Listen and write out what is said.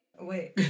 Wait